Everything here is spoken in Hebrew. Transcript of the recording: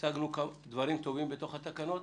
השגנו דברים טובים בתוך התקנות